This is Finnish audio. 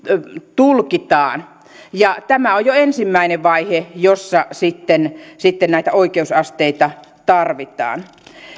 tulkitaan tämä on jo ensimmäinen vaihe jossa sitten sitten näitä oikeusasteita tarvitaan